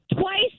twice